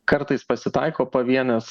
kartais pasitaiko pavienės